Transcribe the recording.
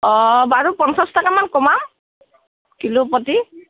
অঁ বাৰু পঞ্চাছ টকামান কমাম কিল' প্ৰতি